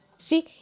See